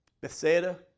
Bethsaida